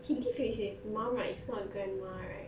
he live with his mum right is not grandma right